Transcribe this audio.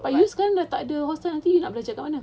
but you sekarang dah tak ada hostel camne nak belajar kat mana